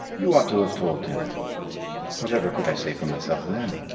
you ought to have told him whatever could i say for myself then?